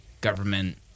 government